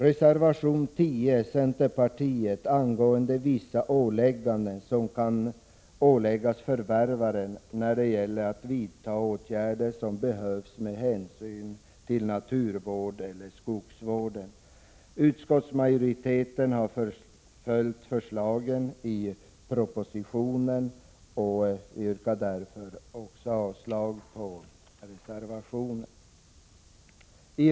Reservation 10 från centerpartiet gäller vissa skyldigheter som kan åläggas förvärvaren när det gäller att vidtaga åtgärder som behövs med hänsyn till naturvården eller skogsvården. Utskottsmajoriteten har följt förslagen i propositionen, och jag yrkar därför avslag på reservationen.